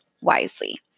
wisely